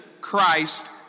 Christ